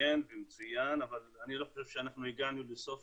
מעניין ומצוין, אבל אני לא חושב שאנחנו הגענו לסוף